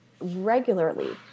regularly